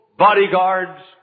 bodyguards